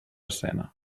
escena